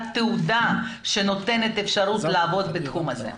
תעודה שנותנת אפשרות לעבוד בתחום הזה,